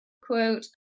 quote